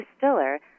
distiller